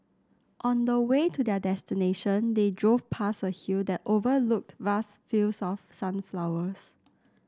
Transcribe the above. on the way to their destination they drove past a hill that overlooked vast fields of sunflowers